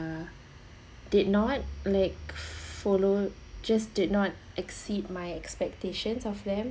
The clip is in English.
did not like follow just did not exceed my expectations of them